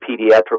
pediatric